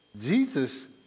Jesus